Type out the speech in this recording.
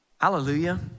Hallelujah